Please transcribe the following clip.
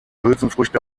hülsenfrüchte